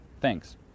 Thanks